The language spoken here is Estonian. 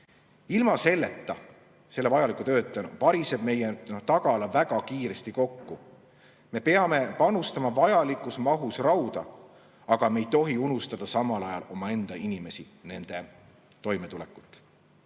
Ilma selleta, selle vajaliku tööta variseb meie tagala väga kiiresti kokku. Me peame panustama vajalikus mahus rauda, aga me ei tohi unustada samal ajal omaenda inimesi, nende toimetulekut.